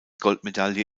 goldmedaille